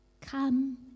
Come